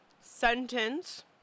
sentence